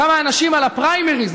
כמה אנשים על הפריימריז.